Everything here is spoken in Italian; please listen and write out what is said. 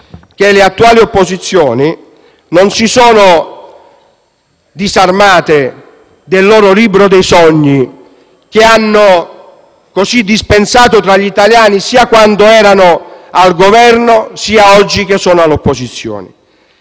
le attuali opposizioni non si sono disarmate del libro dei sogni che hanno dispensato agli italiani, sia quando erano al Governo, sia oggi che sono all'opposizione.